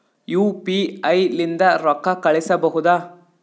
UPI ಲಿಂದ ರೊಕ್ಕ ಕಳಿಸಬಹುದಾ?